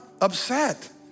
upset